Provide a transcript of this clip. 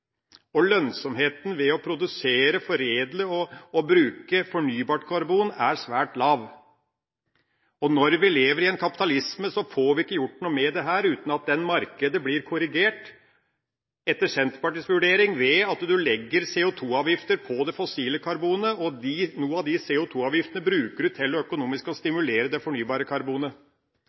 og lønnsomheten ved å produsere, foredle og bruke fornybart karbon svært lav. Og når vi lever med kapitalisme, får vi ikke gjort noe med dette uten at dette markedet blir korrigert, etter Senterpartiets vurdering ved at man legger CO2-avgifter på det fossile karbonet, og at man bruker noen av de CO2-avgiftene til økonomisk å stimulere det fornybare karbonet.